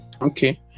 okay